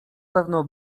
pewno